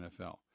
NFL